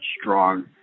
strong